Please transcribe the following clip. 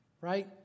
Right